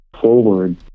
forward